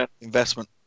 Investment